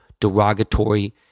derogatory